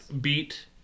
beat